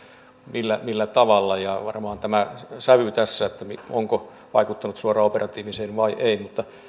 millä millä tavalla ja varmaan tämä sävy tässä onko vaikuttanut suoraan operatiiviseen vai ei mutta